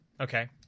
Okay